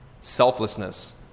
selflessness